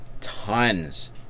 tons